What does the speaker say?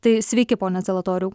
tai sveiki pone zalatoriau